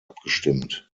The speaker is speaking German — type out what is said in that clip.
abgestimmt